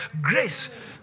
grace